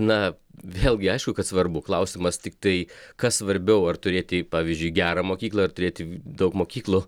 na vėlgi aišku kad svarbu klausimas tiktai kas svarbiau ar turėti pavyzdžiui gerą mokyklą ar turėti daug mokyklų